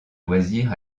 loisirs